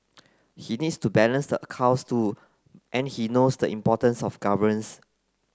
he needs to balance the accounts too and he knows the importance of governance